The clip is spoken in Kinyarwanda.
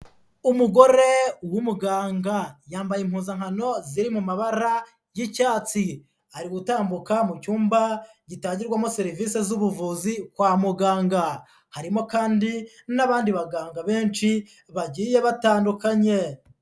Umugore w'umuganga yambaye impuzankano ziri mu mabara y'icyatsi, ari gutambuka mu cyumba gitangirwamo serivisi z'ubuvuzi kwa muganga, harimo kandi n'abandi baganga benshi bagiye batandukanye.